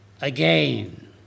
again